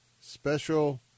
special